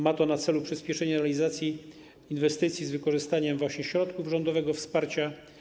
Ma to na celu przyspieszenie realizacji inwestycji z wykorzystaniem właśnie środków rządowego wsparcia.